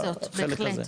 אנחנו עושים זאת, בהחלט.